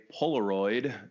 Polaroid